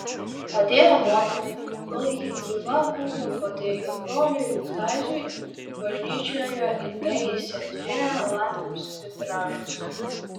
padėjo motinai kol ji gyva buvo padėjo broliui kaziui bažnyčioje įtaisė dviem langams vitražus